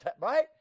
right